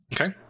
Okay